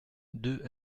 deux